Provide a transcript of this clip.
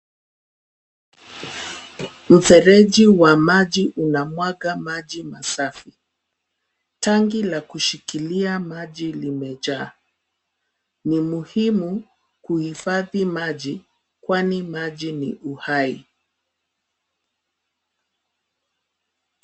Mfereji wa maji unamwaga maji masafi. Tangi la kushikilia maji limejaa. Ni muhimu kuhifadhi maji, kwani maji ni uhai.